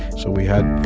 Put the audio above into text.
so we had